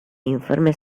informe